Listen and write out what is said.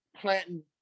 planting